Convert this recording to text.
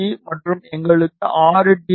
B மற்றும் எங்களுக்கு 6 D